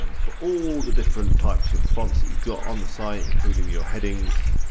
um for all the different types of fonts that you've got on the site, including your headings